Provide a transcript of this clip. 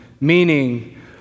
meaning